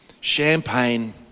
champagne